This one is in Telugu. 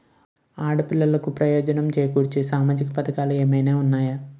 ఆడపిల్లలకు ప్రయోజనం చేకూర్చే సామాజిక పథకాలు ఏమైనా ఉన్నాయా?